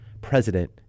President